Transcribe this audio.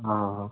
हो हो